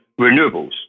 renewables